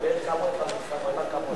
והם קנו את,